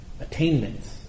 Attainments